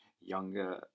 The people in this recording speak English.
younger